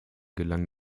gelang